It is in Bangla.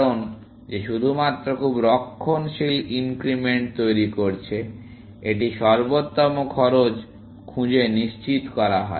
কারণ যে শুধুমাত্র খুব রক্ষণশীল ইনক্রিমেন্ট তৈরি করছে এটি সর্বোত্তম খরচ খুঁজে নিশ্চিত করা হয়